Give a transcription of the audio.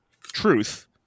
truth